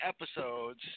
episodes